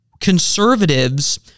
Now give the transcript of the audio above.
conservatives